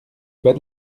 bas